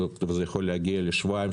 וזה יכול להגיע לשבועיים,